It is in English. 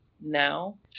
now